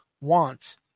wants